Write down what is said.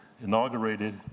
inaugurated